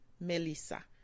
Melissa